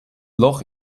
loch